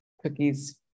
cookies